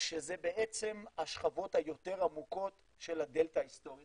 שזה בעצם השכבות היותר עמוקות של הדלתא ההיסטורית.